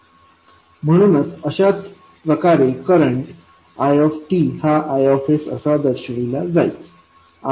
it हा Is असा दर्शविला जाईल